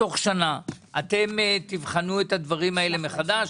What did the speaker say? אתם תבחנו את הדברים האלה מחדש.